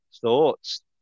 thoughts